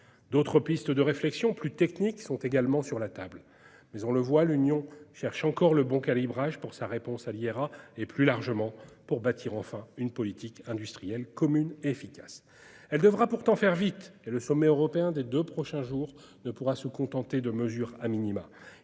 D'autres pistes de réflexion, plus techniques, sont également sur la table. On le voit néanmoins, l'Union cherche encore le bon calibrage pour faire face à l'IRA et, plus largement, pour bâtir enfin une politique industrielle commune efficace. Elle devra pourtant faire vite. À cet égard, le sommet européen des deux prochains jours ne devra pas déboucher sur des mesures.